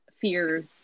fears